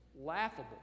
laughable